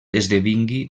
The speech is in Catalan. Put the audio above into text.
esdevingui